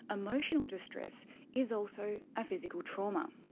emotional distress is also a physical trauma.